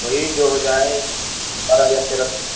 وہی جو ہو جائے بڑا یا پیرا پ